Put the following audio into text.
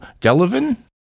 Delavan